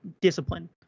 discipline